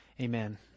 Amen